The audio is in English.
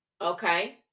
Okay